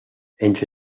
entre